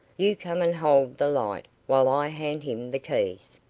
you come and hold the light while i hand him the keys.